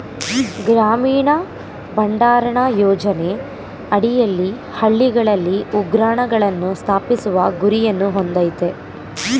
ಗ್ರಾಮೀಣ ಭಂಡಾರಣ ಯೋಜನೆ ಅಡಿಯಲ್ಲಿ ಹಳ್ಳಿಗಳಲ್ಲಿ ಉಗ್ರಾಣಗಳನ್ನು ಸ್ಥಾಪಿಸುವ ಗುರಿಯನ್ನು ಹೊಂದಯ್ತೆ